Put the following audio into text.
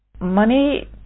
money